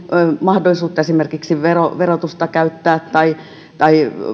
mahdollisuutta esimerkiksi verotusta verotusta käyttää tai tai